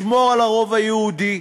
לשמור על הרוב היהודי,